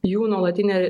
jų nuolatinė